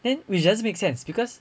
then which doesn't make sense because